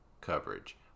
coverage